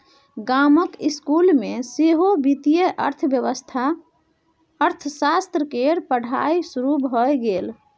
गामक इसकुल मे सेहो वित्तीय अर्थशास्त्र केर पढ़ाई शुरू भए गेल